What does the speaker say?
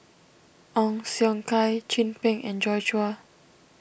Ong Siong Kai Chin Peng and Joi Chua